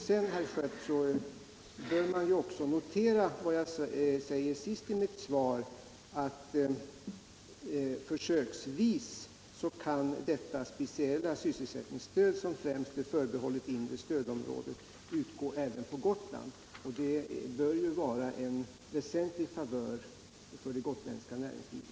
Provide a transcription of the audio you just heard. Sedan, herr Schött, bör också noteras vad jag säger sist i mitt svar, att detta speciella sysselsättningsstöd, som främst är förbehållet inre stödområdet, försöksvis kan utgå även på Gotland. Det bör ju vara en väsentlig favör för det gotländska näringslivet.